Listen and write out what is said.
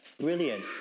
Brilliant